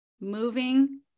moving